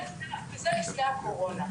וזה לפני הקורונה.